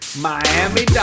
Miami